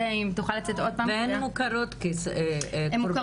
אם תוכל לצאת עוד פעם קריאה --- והן מוכרות כקורבנות סחר.